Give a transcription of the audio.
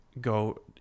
go